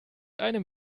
einem